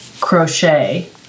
crochet